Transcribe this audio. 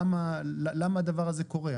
למה הדבר הזה קורה,